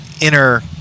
inner